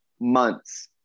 months